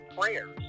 prayers